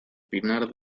pinar